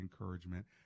encouragement